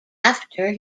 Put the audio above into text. after